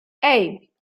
hey